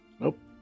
Nope